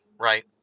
right